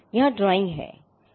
यहाँ एक ड्राइंग है